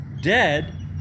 dead